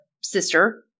sister